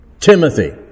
Timothy